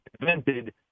invented